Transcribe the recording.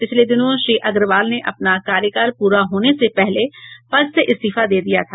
पिछले दिनों श्री अग्रवाल ने अपना कार्यकाल पूरा होने से पहले पद से इस्तीफा दे दिया था